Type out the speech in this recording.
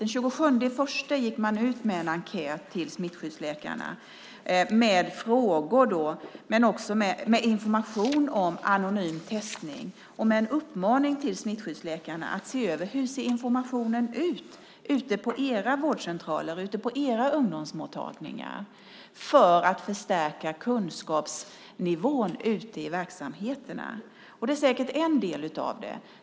Den 27 januari gick man ut med en enkät till smittskyddsläkarna med frågor men också med information om anonym testning och med en uppmaning till smittskyddsläkarna att se över hur informationen är ute på deras vårdcentraler och ungdomsmottagningar, för att förstärka kunskapsnivån ute i verksamheterna. Det är säkert en del av det.